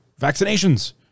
Vaccinations